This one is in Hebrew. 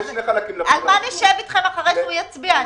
על מה נשב אתכם אחרי שהוא יצביע?